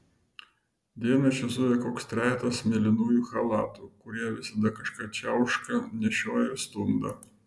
dieną čia zuja koks trejetas mėlynųjų chalatų kurie visada kažką čiauška nešioja ir stumdo